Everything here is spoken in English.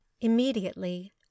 immediately